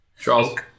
Charles